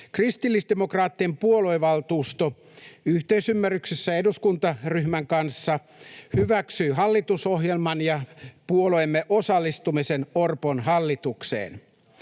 Kristillisdemokraattien puoluevaltuusto yhteisymmärryksessä eduskuntaryhmän kanssa hyväksyi hallitusohjelman ja puolueemme osallistumisen Orpon hallitukseen.